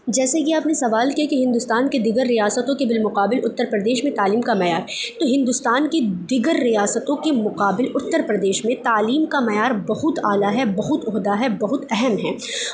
جیسے کہ آپ نے سوال کیا کہ ہندوستان کے دیگر ریاستوں کے بالمقابل اتّر پردیش میں تعلیم کا معیار تو ہندوستان کی دیگر ریاستوں کے مقابل اتّر پردیش میں تعلیم کا معیار بہت اعلیٰ ہے بہت عمدہ بہت اہم ہے